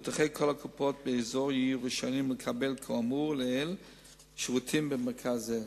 מבוטחי כל הקופות באזור יהיו רשאים לקבל שירותים במרכז זה,